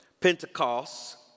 Pentecost